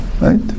right